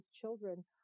children